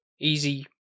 easy